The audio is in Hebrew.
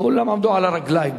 כולם עמדו על הרגליים.